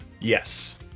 Yes